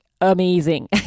amazing